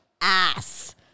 ass